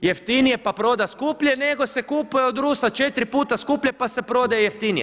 jeftinije pa proda skuplje nego se kupuje od Rusa 4 puta skuplje, pa se prodaje jeftinije.